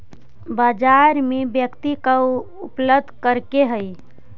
बाजार में व्यक्ति का उपलब्ध करते हैं?